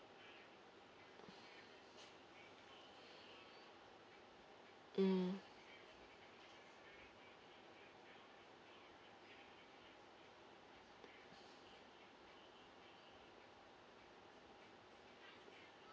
mm